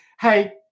hey